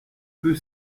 peu